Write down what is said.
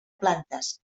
plantes